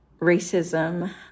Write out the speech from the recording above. racism